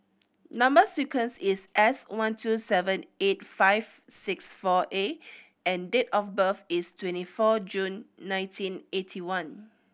number sequence is S one two seven eight five six four A and date of birth is twenty four June nineteen eighty one